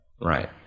Right